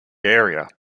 area